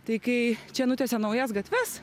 tai kai čia nutiesė naujas gatves